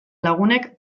lagunek